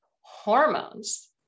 hormones